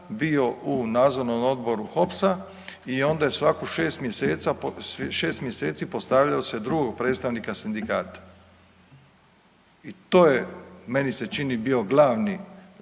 bio u nadzornom odboru HOPS-a i onda je svako 6 mjeseci postavljalo se drugog predstavnika sindikata. I to je meni se čini bio glavni